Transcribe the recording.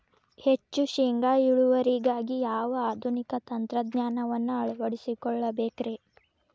ಹೆಚ್ಚು ಶೇಂಗಾ ಇಳುವರಿಗಾಗಿ ಯಾವ ಆಧುನಿಕ ತಂತ್ರಜ್ಞಾನವನ್ನ ಅಳವಡಿಸಿಕೊಳ್ಳಬೇಕರೇ?